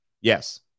Yes